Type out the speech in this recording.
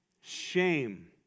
shame